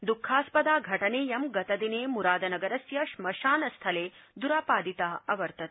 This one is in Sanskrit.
दःखास्पदा घटनेयं गतदिने मुरादनगरस्य श्मशानस्थले दुरापादिता अवर्तत